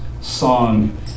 song